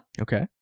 Okay